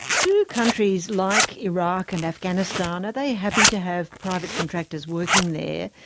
do countries like iraq and afghanistan, are they happy to have private contractors working there,